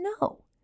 No